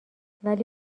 ولی